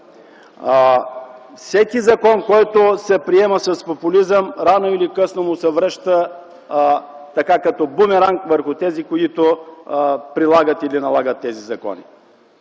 Всеки закон, който се приема с популизъм, рано или късно се връща като бумеранг върху тези, които налагат или прилагат такива закони.